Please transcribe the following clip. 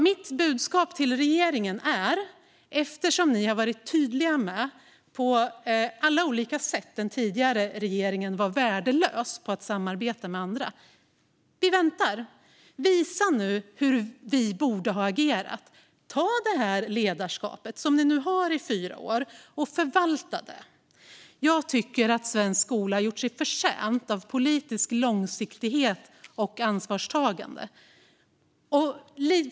Mitt budskap till regeringen, som på alla sätt har varit tydlig med att den tidigare regeringen var värdelös på att samarbeta med andra, är därför: Vi väntar. Visa nu hur vi borde ha agerat! Ta det ledarskap som ni kommer att ha i fyra år och förvalta det! Jag tycker att svensk skola har gjort sig förtjänt av politisk långsiktighet och ansvarstagande.